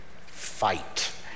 fight